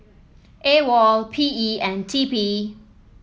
AWOL P E and T P